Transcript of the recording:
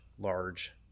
large